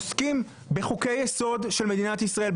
עוסקים בחוקי יסוד של מדינת ישראל,